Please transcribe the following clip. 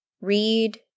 read